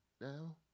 Now